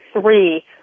three